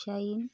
shrine